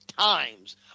times